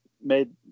made